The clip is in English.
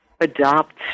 adopt